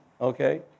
Okay